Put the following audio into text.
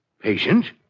Patient